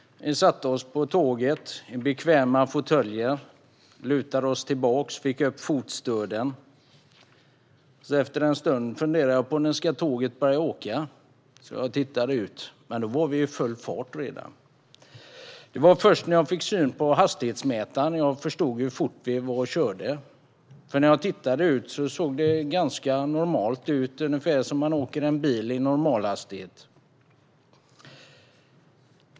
Vi satte oss på tåget, i bekväma fåtöljer, lutade oss tillbaka och fick upp fotstöden. Efter en stund funderade jag på när tåget skulle börja åka. Jag tittade ut, och vi var redan i full fart. Först när jag fick syn på hastighetsmätaren förstod jag hur fort vi körde, för när jag tittade ut såg det ganska normalt ut, ungefär som när man åker bil i normalhastighet.